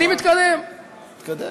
אני מתקדם, תתקדם.